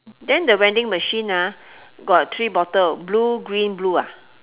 then the vending machine ah got three bottle blue green blue ah